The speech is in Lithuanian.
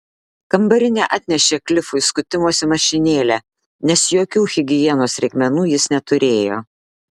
kambarinė atnešė klifui skutimosi mašinėlę nes jokių higienos reikmenų jis neturėjo